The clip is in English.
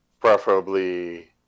Preferably